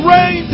Rain